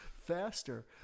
faster